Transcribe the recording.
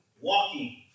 walking